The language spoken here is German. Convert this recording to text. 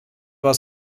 war